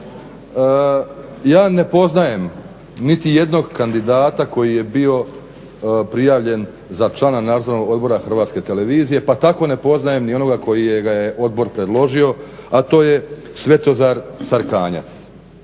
Ja ne poznajem nitijednog kandidata koji je bio prijavljen za člana Nadzornog odbora HRT-a pa tako ne poznajem ni onoga kojega je odbor predložio, a to je Svetozar Sarkanjac.